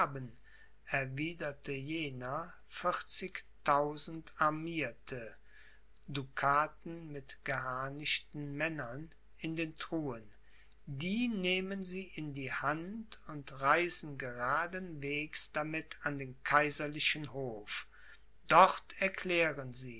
erwiederte jener vierzigtausend armierte dukaten mit geharnischten männern in der truhen die nehmen sie in die hand und reisen geraden wegs damit an den kaiserlichen hof dort erklären sie